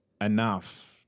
enough